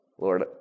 Lord